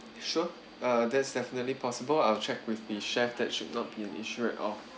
sure uh that's definitely possible I'll check with the chef that should not be an issue at all